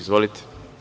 Izvolite.